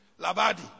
Labadi